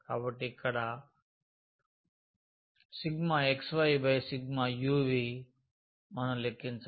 కాబట్టి ఇక్కడ x yu v మనం లెక్కించాలి